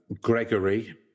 Gregory